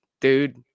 dude